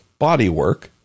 bodywork